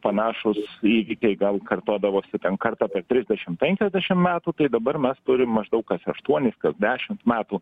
panašūs įvykiai gal kartodavosi bent kartą per trisdešim penkiasdešim metų tai dabar mes turim maždaug kas aštuonis dešimt metų